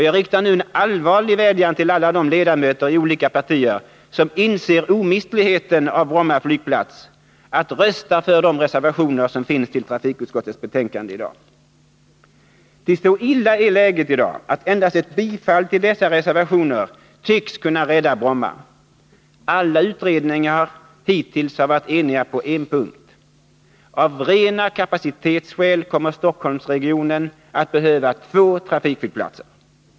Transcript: Jag riktar nu en allvarlig vädjan till alla de ledamöter i olika partier som inser omistligheten av Bromma flygplats att rösta för de reservationer som finns till trafikutskottets betänkande nr 28. Ty så illa är läget i dag att endast ett bifall till dessa reservationer tycks kunna rädda Bromma. Alla utredningar hittills har varit eniga på en punkt: Av rena kapacitetsskäl kommer Stockholmsregionen att behöva två trafikflygplatser.